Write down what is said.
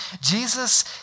Jesus